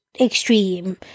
extreme